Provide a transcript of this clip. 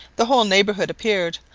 the whole neighbourhood appeared,